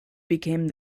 became